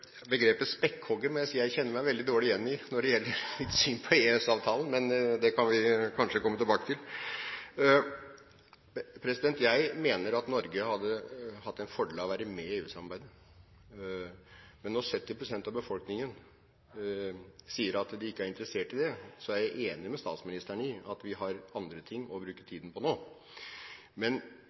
Begrepet «spekkhoggerne» må jeg si at jeg kjenner meg veldig dårlig igjen i når det gjelder mitt syn på EØS-avtalen, men det kan vi kanskje komme tilbake til. Jeg mener at Norge hadde hatt en fordel av å være med i EU-samarbeidet, men når 70 pst. av befolkningen sier at de ikke er interessert i det, er jeg enig med statsministeren i at vi har andre ting å bruke tiden på nå. Men